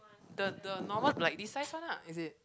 the the normal like this size one lah is it